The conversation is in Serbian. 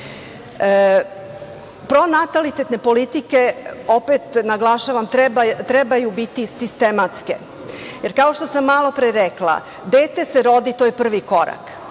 majke. Pronatalitetne politike opet, naglašavam, trebaju biti sistematske, jer kao što sam malo pre rekla, dete se rodi i to je prvi korak.